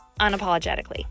unapologetically